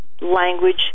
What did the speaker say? language